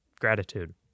Gratitude